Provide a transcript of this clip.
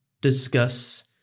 discuss